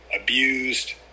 abused